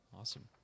Awesome